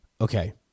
okay